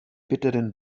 bitteren